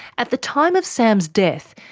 at the time of sam's death,